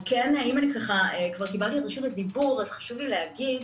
אם אני כבר קיבלתי את רשות הדיבור אז חשוב לי להגיד